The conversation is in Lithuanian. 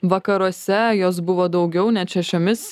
vakaruose jos buvo daugiau net šešiomis